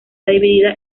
dividida